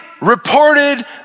reported